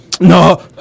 No